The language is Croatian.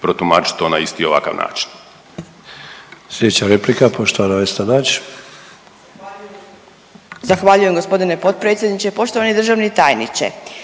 protumačit to na isti ovakav način.